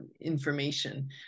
information